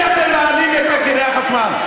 כי אתם מעלים את מחירי החשמל.